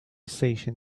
station